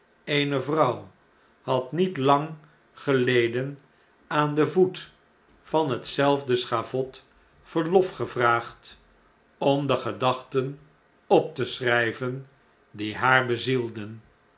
eene vrouw had niet lang geleden aan den voet van hetzelfde schavot verlof gevraagd om de gedachten op te schr jjven die haar bezielden